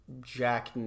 Jack